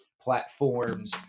platforms